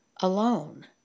alone